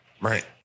right